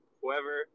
whoever